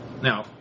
Now